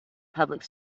public